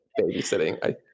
babysitting